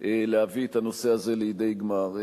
להביא את הנושא הזה לידי גמר.